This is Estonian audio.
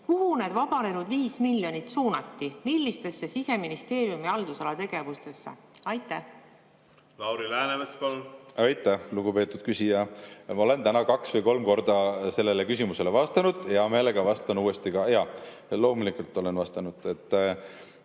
kuhu need vabanenud 5 miljonit suunati, millistesse Siseministeeriumi haldusala tegevustesse? Lauri Läänemets, palun! Aitäh, lugupeetud küsija! Ma olen täna kaks või kolm korda sellele küsimusele vastanud. Hea meelega vastan uuesti. Jaa, loomulikult olen vastanud.